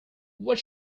what